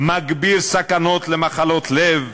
מגביר סכנות של מחלות לב,